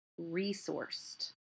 resourced